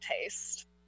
taste